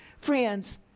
friends